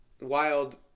wild